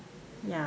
ya